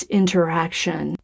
interaction